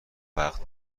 وقت